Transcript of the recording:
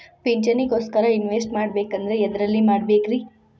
ಪಿಂಚಣಿ ಗೋಸ್ಕರ ಇನ್ವೆಸ್ಟ್ ಮಾಡಬೇಕಂದ್ರ ಎದರಲ್ಲಿ ಮಾಡ್ಬೇಕ್ರಿ?